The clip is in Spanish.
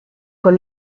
con